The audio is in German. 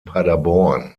paderborn